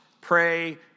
pray